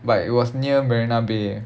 but it was near marina bay